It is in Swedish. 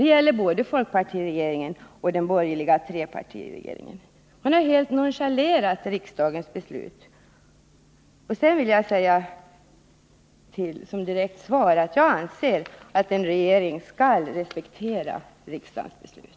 Det gäller både folkpartiregeringen och den borgerliga trepartiregeringen. Man har alltså helt nonchalerat riksdagens beslut. Sedan vill jag säga som direkt svar att jag anser att en regering skall respektera riksdagens beslut.